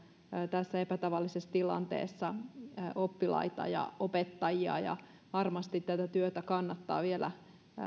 tässä epätavallisessa tilanteessa oppilaita ja opettajia ja varmasti tätä työtä kannattaa vielä